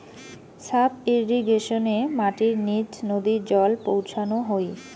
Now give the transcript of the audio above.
sub ইর্রিগেশনে মাটির নিচ নদী জল পৌঁছানো হই